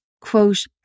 quote